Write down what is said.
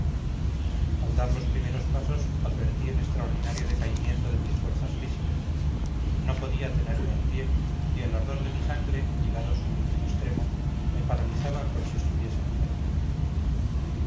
al dar los primeros pasos advertí el extraordinario decaimiento de mis fuerzas físicas no podía tenerme en pie y el ardor de mi sangre llegado a su último extremo me paralizaba cual si estuviese enfermo